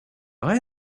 vrai